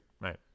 Right